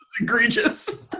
egregious